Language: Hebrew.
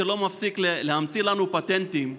שלא מפסיק להמציא לנו פטנטים,